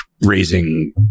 raising